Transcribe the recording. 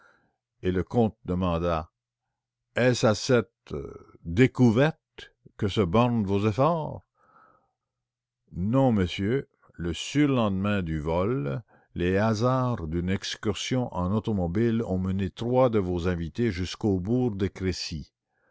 silence le comte demanda est-ce à cette découverte que se bornent vos efforts non monsieur le surlendemain du vol les hasards d'une excursion en automobile ont mené trois de vos invités jusqu'au bourg de crécy